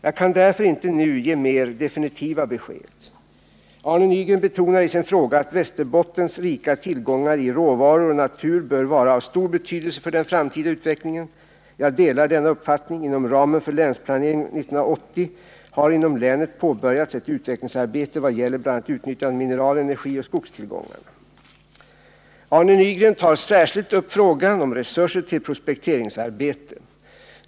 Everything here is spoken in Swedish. Jag kan därför inte nu ge mer definitiva besked. Arne Nygren betonar i sin fråga att Västerbottens rika tillgångar i råvaror och natur bör vara av stor betydelse för den framtida utvecklingen. Jag delar denna uppfattning. Inom ramen för Länsplanering 1980 har inom länet påbörjats ett utvecklingsarbete vad gäller bl.a. utnyttjandet av mineral-, energioch skogstillgångarna. Arne Nygren tar särskilt upp frågan om resurser till prospekteringsarbete.